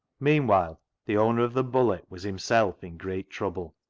meanwhile the owner of the bullet was himself in great trouble.